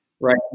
right